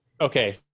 Okay